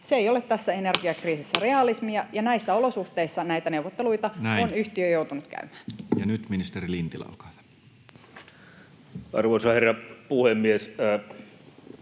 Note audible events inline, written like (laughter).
Se ei ole tässä energiakriisissä realismia, (noise) ja näissä olosuhteissa näitä neuvotteluita on yhtiö joutunut käymään. Näin. — Ja nyt ministeri Lintilä, olkaa hyvä. Arvoisa herra puhemies!